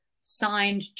signed